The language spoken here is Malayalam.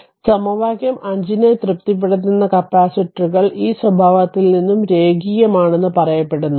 അതിനാൽ സമവാക്യം 5 നെ തൃപ്തിപ്പെടുത്തുന്ന കപ്പാസിറ്ററുകൾ ഈ സ്വഭാവത്തിൽ നിന്നും രേഖീയമാണെന്ന് പറയപ്പെടുന്നു